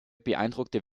beeindruckte